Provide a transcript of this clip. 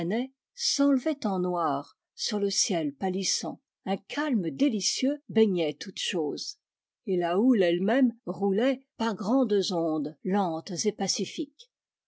s'enlevait en noir sur le ciel pâlissant un calme délicieux baignait toutes choses et la houle elle même roulait par grandes ondes lentes et pacifiques